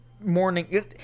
morning